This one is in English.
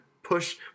Push